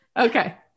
Okay